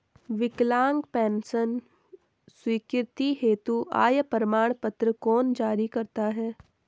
विकलांग पेंशन स्वीकृति हेतु आय प्रमाण पत्र कौन जारी करता है?